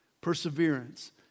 Perseverance